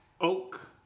oak